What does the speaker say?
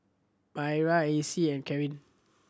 Myra Acy and Carin